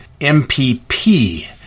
MPP